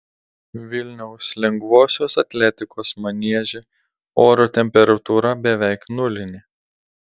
vilniaus lengvosios atletikos manieže oro temperatūra beveik nulinė